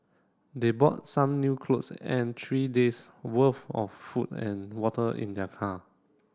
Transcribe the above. they brought some new clothes and three days' worth of food and water in their car